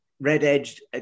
red-edged